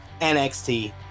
NXT